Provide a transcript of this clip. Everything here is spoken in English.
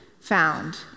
found